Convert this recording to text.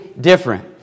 different